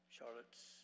Charlotte's